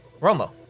Romo